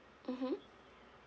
mmhmm